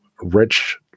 rich